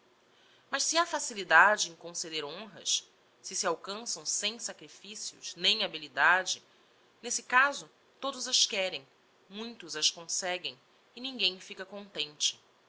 mas se ha facilidade em conceder honras se se alcançam sem sacrificios nem habilidade n'esse caso todos as querem muitos as conseguem e ninguem fica contente